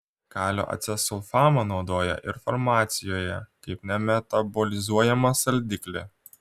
kalio acesulfamą naudoja ir farmacijoje kaip nemetabolizuojamą saldiklį